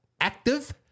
active